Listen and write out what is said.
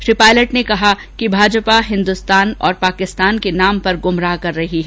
श्री पायलट ने कहा कि भाजपा हिन्दुस्तान और पाकिस्तान के नाम पर गुमराह कर रही है